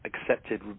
accepted